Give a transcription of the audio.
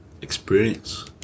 experience